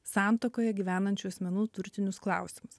santuokoje gyvenančių asmenų turtinius klausimus